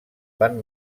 van